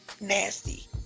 nasty